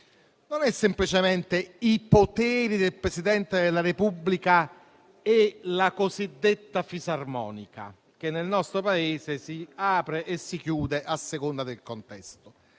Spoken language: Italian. dato semplicemente dai poteri del Presidente della Repubblica e dalla cosiddetta fisarmonica, che nel nostro Paese si apre e si chiude a seconda del contesto.